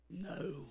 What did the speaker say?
No